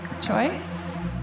choice